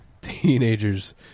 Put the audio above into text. teenagers